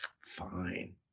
Fine